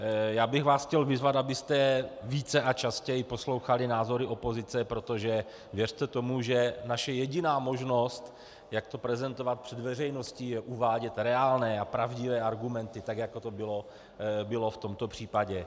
Já bych vás chtěl vyzvat, abyste více a častěji poslouchali názory opozice, protože věřte tomu, že naše jediná možnost, jak to prezentovat před veřejností, je uvádět reálné a pravdivé argumenty, jako to bylo v tomto případě.